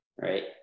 right